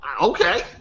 Okay